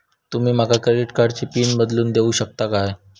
तुमी माका क्रेडिट कार्डची पिन बदलून देऊक शकता काय?